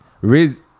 Riz